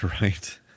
Right